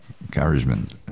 encouragement